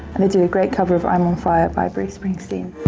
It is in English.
and they do a great cover of i'm on fire by bruce springsteen.